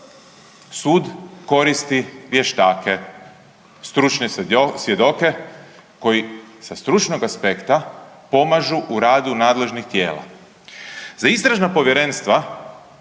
Sud koristi vještake, stručne svjedoke koji sa stručnog aspekta pomažu u radu nadležnih tijela. Za istražna povjerenstva